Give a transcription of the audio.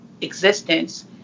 existence